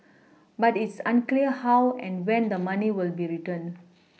but it's unclear how and when the money will be returned